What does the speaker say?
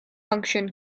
function